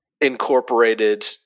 Incorporated